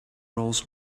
roles